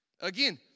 Again